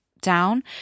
down